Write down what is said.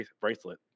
bracelet